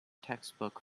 textbook